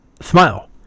Smile